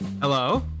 Hello